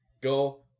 go